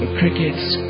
cricket's